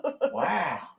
Wow